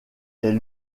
est